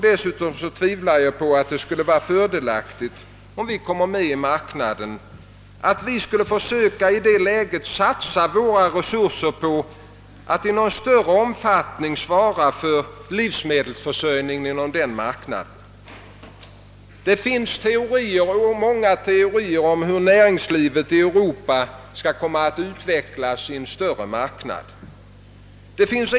Dessutom tvivlar jag på att det vore fördelaktigt att vi, om vi kommer med i Gemensamma marknaden, skulle i någon större utsträckning satsa våra resurser på att svara för livsmedelsförsörjningen inom denna marknad. Det finns många teorier om hur näringslivet i Europa kommer att utvecklas inom en större marknad.